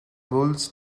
wolves